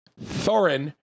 Thorin